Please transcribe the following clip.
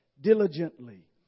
diligently